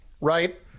right